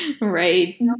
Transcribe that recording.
Right